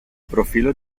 profilo